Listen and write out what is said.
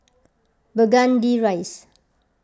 Burgundy Rise